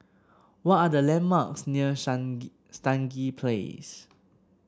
what are the landmarks near Stangee Place